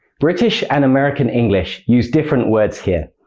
british and american english use different words here.